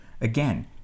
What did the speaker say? Again